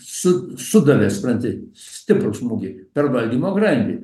su sudavė supranti stiprų smūgį per valdymo grandį